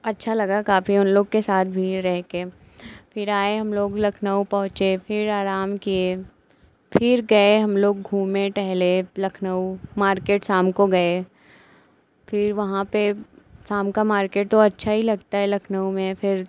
अच्छा लगा काफी उन लोग के साथ भी रहकर फिर आए हम लोग लखनऊ पहुँचे फिर आराम किए फिर गए हम लोग घूमे टहले लखनऊ मार्केट शाम को गए फिर वहाँ पर शाम का मार्केट तो अच्छा ही लगता है लखनऊ में फिर